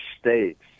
states